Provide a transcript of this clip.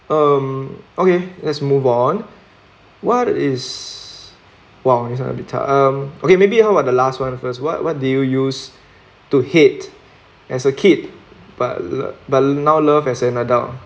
um okay let's move on what is !wow! this one a bit tough um okay maybe how about the last [one] first what what did you used to hate as a kid but but now love as an adult